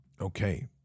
Okay